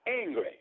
angry